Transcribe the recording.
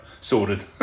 sorted